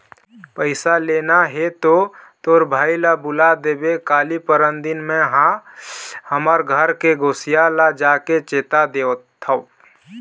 पइसा लेना हे तो तोर भाई ल बुला देबे काली, परनदिन में हा हमर घर के गोसइया ल जाके चेता देथव